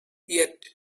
yet